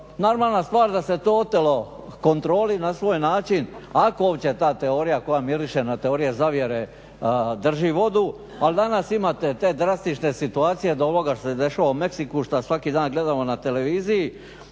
Normalna stvar da se to otelo kontroli na svoj način, ako uopće ta teorija koja miriše na teoriju zavjeru drži vodu ali danas imate te drastične situacije do ovoga što se dešava u Meksiku što svaki dan gledamo na televiziji